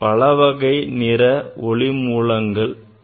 பலவகை நிற ஒளி மூலங்கள் உள்ளன